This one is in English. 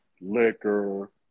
liquor